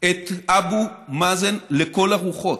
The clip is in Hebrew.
את אבו מאזן לכל הרוחות.